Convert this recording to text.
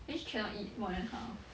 means cannot eat more than half